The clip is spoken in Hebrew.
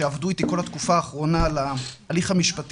שעבדו איתי כל התקופה האחרונה להליך המשפטי